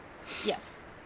yes